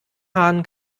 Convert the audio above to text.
haaren